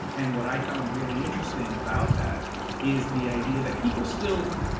and what i found really interesting about that is the idea that people still.